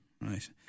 Right